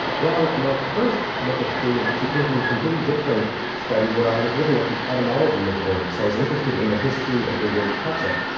well my first look at food actually came from a completely different study where i was looking at the etymology of words. so i was interested in the history of the word ketchup,